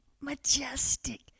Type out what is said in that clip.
majestic